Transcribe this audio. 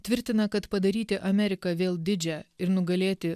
tvirtina kad padaryti ameriką vėl didžią ir nugalėti